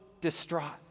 distraught